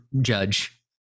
judge